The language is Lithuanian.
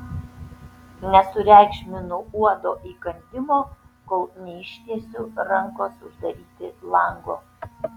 nesureikšminu uodo įkandimo kol neištiesiu rankos uždaryti lango